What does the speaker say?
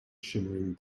shimmering